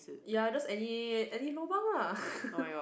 ya just any any lobang lah